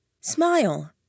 Smile